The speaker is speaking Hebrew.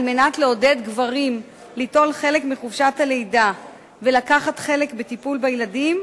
כדי לעודד גברים ליטול חלק בחופשת הלידה ולקחת חלק בטיפול בילדים,